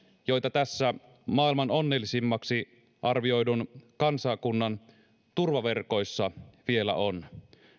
joita tämän maailman onnellisimmaksi arvioidun kansakunnan turvaverkoissa vielä on